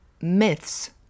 myths